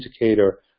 indicator